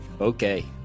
Okay